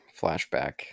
flashback